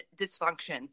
dysfunction